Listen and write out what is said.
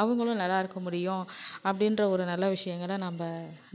அவங்களும் நல்லாருக்க முடியும் அப்படின்ற ஒரு நல்ல விஷயங்கள நம்ப